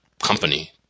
company